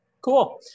cool